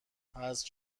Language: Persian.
حذف